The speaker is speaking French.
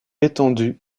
étendue